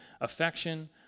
affection